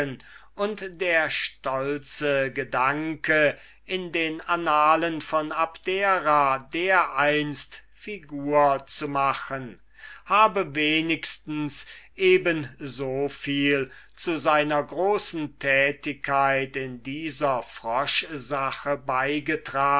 und der stolze gedanke in den annalen von abdera dereinst figur zu machen wenigstens eben so viel zu seiner großen tätigkeit in dieser froschsache beigetragen